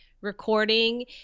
recording